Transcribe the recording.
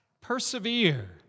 Persevere